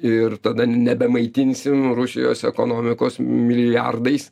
ir tada nebemaitinsim rusijos ekonomikos milijardais